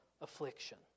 affliction